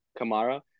Kamara